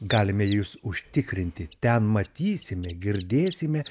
galime jus užtikrinti ten matysime girdėsime